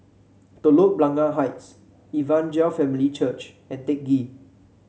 Telok Blangah Heights Evangel Family Church and Teck Ghee